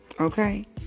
Okay